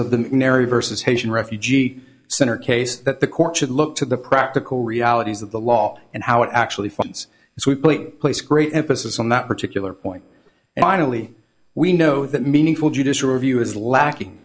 vs haitian refugee center case that the court should look to the practical realities of the law and how it actually finds its weekly place great emphasis on that particular point and finally we know that meaningful judicial review is lacking